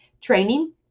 training